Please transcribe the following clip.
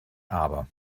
aber